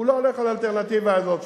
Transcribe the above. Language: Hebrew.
שהוא לא הולך על האלטרנטיבה הזאת,